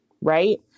right